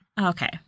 Okay